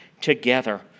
together